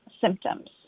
symptoms